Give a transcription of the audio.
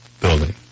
building